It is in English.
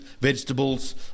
vegetables